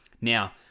Now